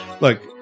look